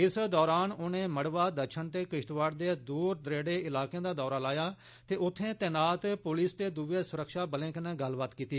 इस दौरान उनें मड़वा दच्छन ते किश्तवाड़ दे दूर दरेड़े इलाकें दा दौरा लाया ते उत्थें तैनात पुलिस ते दूए सुरक्षा बलें कन्नै गल्लबात कीती